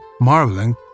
marveling